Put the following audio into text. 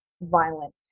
violent